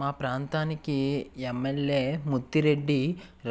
మా ప్రాంతానికి ఎంఎల్ఏ ముత్తిరెడ్డి